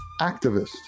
activist